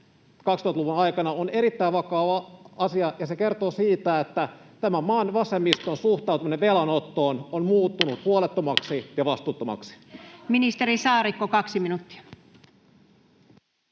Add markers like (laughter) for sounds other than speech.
2000-luvun aikana on erittäin vakava asia, ja se kertoo siitä, että tämän maan vasemmiston (noise) suhtautuminen velanottoon on muuttunut huolettomaksi ja vastuuttomaksi. [Speech 88] Speaker: Anu